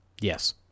Yes